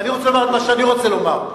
אני רוצה לומר את מה שאני רוצה לומר.